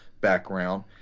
background